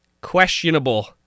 questionable